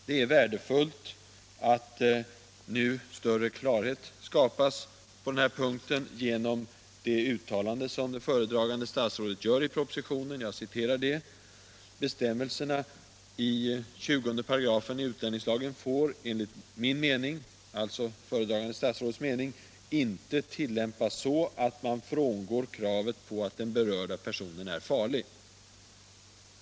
Det är värdefullt att nu större klarhet skapas på den här punkten genom det uttalande som föredragande statsrådet gör i propositionen: ”Bestämmelserna i 20 § UtIL får enligt min mening inte tillämpas så att man frångår kravet på att den berörda personen är farlig.